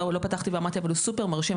הוא סופר מרשים.